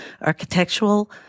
architectural